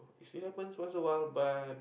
it still happens once awhile but